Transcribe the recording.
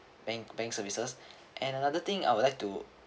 bank bank services and another thing I would like to